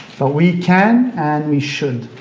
but we can and we should,